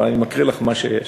אבל אני מקריא לך מה שיש.